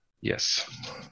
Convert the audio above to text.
Yes